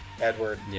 Edward